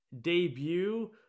debut